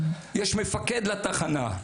יש מפקד לתחנה.